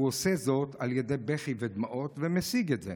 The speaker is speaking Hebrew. הוא עושה זאת על ידי בכי ודמעות ומשיג את זה,